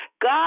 God